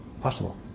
Possible